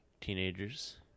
teenagers